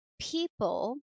people